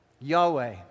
Yahweh